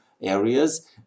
areas